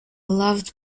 loved